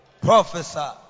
Professor